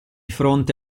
fronte